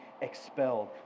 expelled